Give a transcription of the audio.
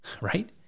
right